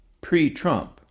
pre-Trump